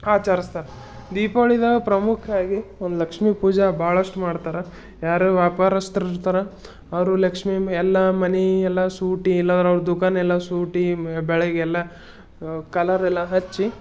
ಆಚರಸ್ತಾರೆ ದೀಪಾವಳಿದಾಗ ಪ್ರಮುಖವಾಗಿ ಒಂದು ಲಕ್ಷ್ಮೀ ಪೂಜೆ ಭಾಳಷ್ಟು ಮಾಡ್ತಾರೆ ಯಾರು ವ್ಯಾಪಾರಸ್ಥ್ರು ಇರ್ತಾರೆ ಅವರು ಲಕ್ಷ್ಮೀ ಎಲ್ಲ ಮನೆ ಎಲ್ಲ ಸೂಟಿ ಎಲ್ಲಾರವರ ದುಕಾನ್ ಎಲ್ಲ ಸೂಟಿ ಬೆಳಗ್ಗೆಲ್ಲ ಕಲರೆಲ್ಲ ಹಚ್ಚಿ